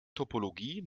topologie